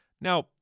Now